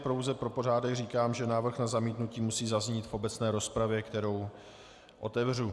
Pouze pro pořádek říkám, že návrh na zamítnutí musí zaznít v obecné rozpravě, kterou otevřu.